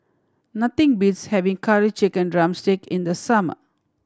nothing beats having Curry Chicken drumstick in the summer